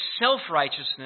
self-righteousness